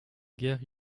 guerre